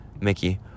Mickey